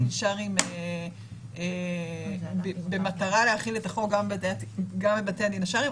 השרעיים במטרה להחיל את החוק גם בבתי הדין השרעיים.